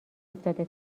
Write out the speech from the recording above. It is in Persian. افتاده